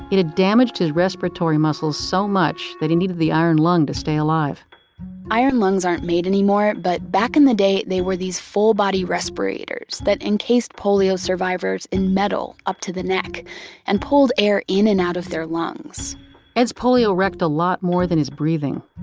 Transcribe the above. it had damaged his respiratory muscles so much that he needed the iron lung to stay alive iron lungs aren't made anymore, but back in the day they were these full-body respirators that encased polio survivors in metal up to the neck and pulled air in and out of their lungs ed's polio wrecked a lot more than his breathing.